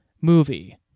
movie